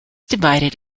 divided